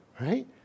right